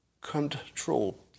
control